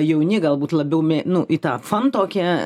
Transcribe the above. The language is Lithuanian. jauni galbūt labiau mė nu į tą fan tokią